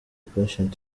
patient